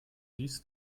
dies